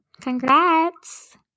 Congrats